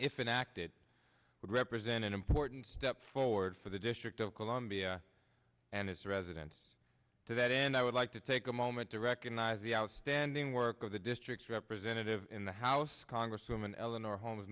would represent an important step forward for the district of columbia and its residents to that end i would like to take a moment to recognize the outstanding work of the district representative in the house congresswoman eleanor holmes